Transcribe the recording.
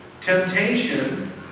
temptation